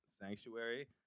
Sanctuary